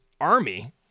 army